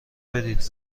بدید